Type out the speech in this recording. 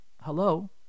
Hello